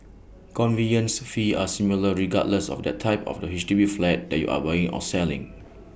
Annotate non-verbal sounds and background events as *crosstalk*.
conveyance fees are similar regardless of the type of the H D B flat that you are buying or selling *noise*